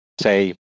say